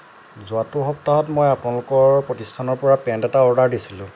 যোৱাটো সপ্তাহত মই আপোনালোকৰ প্ৰতিস্থানৰ পৰা পেণ্ট এটা অৰ্ডাৰ দিছিলোঁ